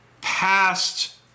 past